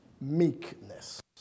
Meekness